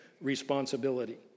responsibility